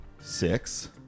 Six